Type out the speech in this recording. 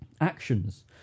Actions